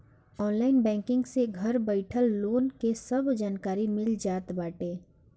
online banking से घर बइठल लोन के सब जानकारी मिल जात बाटे